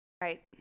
Right